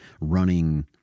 running